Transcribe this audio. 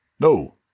No